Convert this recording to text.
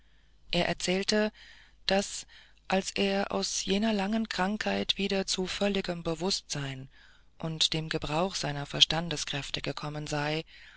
er erzählte daß als er aus jener langen krankheit wieder zu völligem bewußtsein und dem gebrauch seiner verstandeskräfte gekommen sei